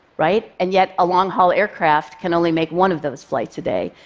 right? and yet, a long-haul aircraft can only make one of those flights a day.